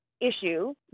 issue